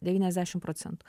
devyniasdešimt procentų